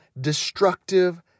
destructive